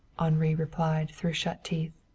henri replied, through shut teeth.